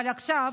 אבל עכשיו,